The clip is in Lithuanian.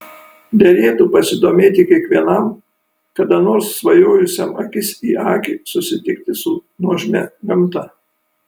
derėtų pasidomėti kiekvienam kada nors svajojusiam akis į akį susitikti su nuožmia gamta